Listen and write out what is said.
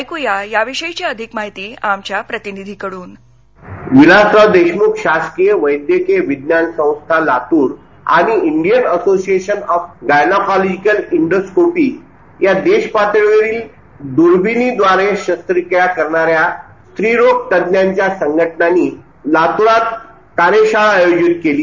ऐकू या याविषयी अधिक माहिती आमच्या प्रतिनिधीकडून विलासराव देशमुख शासकीय वैद्यकीय विज्ञान संस्था लातुर आणि Indian association of gynaecological endoscopy या देशपातळीवरील दुर्बिणीद्वारे शस्त्रक्रिया करणाऱ्या स्त्री रोग तज्ञांच्या संघटनांनी लातुरात कार्यशाळा आयोजित केली